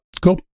Cool